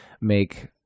make